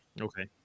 Okay